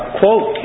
quote